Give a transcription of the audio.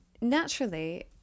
naturally